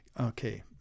Okay